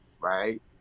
right